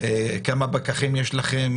כמה פקחים יש לכם?